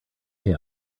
pay